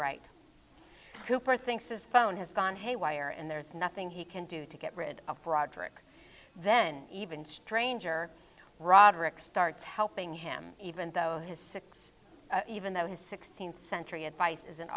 right hooper thinks his phone has gone haywire and there's nothing he can do to get rid of broderick then even stranger roderick started helping him even though his six even though his sixteenth century advice isn't